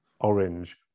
Orange